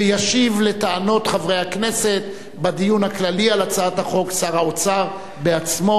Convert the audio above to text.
וישיב על טענות חברי הכנסת בדיון הכללי על הצעת החוק שר האוצר עצמו.